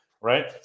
right